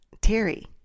Terry